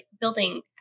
building